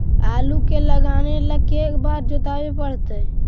आलू के लगाने ल के बारे जोताबे पड़तै?